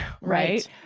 Right